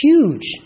Huge